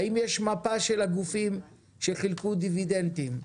האם יש מפה של הגופים שחילקו דיבידנדים?